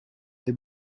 the